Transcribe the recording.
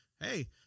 hey